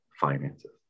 finances